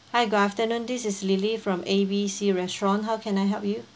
hi good afternoon this is lily from A B C restaurant how can I help you